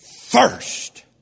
First